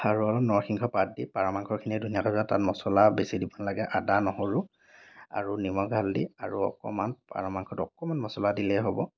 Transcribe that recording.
আৰু অলপ নৰসিংহৰ পাত দি পাৰ মাংসখিনি ধুনীয়াকৈ তাত তাত মছলা বেছি দিব নালাগে আদা নহৰু আৰু নিমখ হালধি আৰু অকণমান পাৰ মাংসটো অকণমান মছলা দিলেই হ'ব